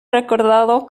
recordado